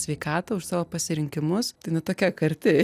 sveikatą už savo pasirinkimus ne tokia karti